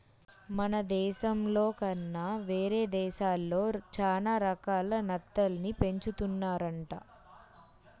మన దేశంలో కన్నా వేరే దేశాల్లో చానా రకాల నత్తల్ని పెంచుతున్నారంట